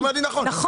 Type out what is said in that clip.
נכון, נכון.